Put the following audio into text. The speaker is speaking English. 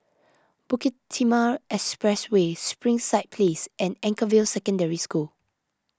Bukit Timah Expressway Springside Place and Anchorvale Secondary School